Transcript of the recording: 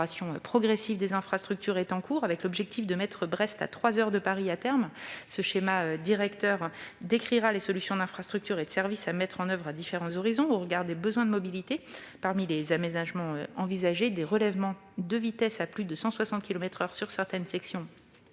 amélioration progressive des infrastructures est en cours, avec l'objectif de mettre à terme Brest à trois heures de Paris. Ce schéma directeur décrira les solutions d'infrastructures et de services à mettre en oeuvre à différents horizons, au regard des besoins de mobilité. Parmi les aménagements envisagés, des relèvements de vitesse à plus de 160 kilomètres par heure sur certaines sections